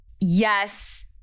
yes